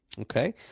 Okay